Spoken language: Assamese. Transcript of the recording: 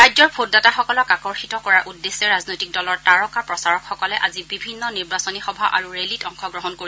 ৰাজ্যৰ ভোটদাতাসকলক আকৰ্ষিত কৰাৰ উদ্দেশ্যে ৰাজনৈতিক দলৰ তাৰকা প্ৰচাৰকসকলে আজি বিভিন্ন নিৰ্বাচনী সভা আৰু ৰেলীত অংশগ্ৰহণ কৰিব